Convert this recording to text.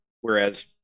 Whereas